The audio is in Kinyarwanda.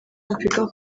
africa